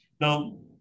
Now